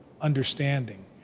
understanding